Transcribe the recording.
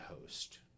host